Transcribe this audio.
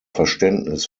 verständnis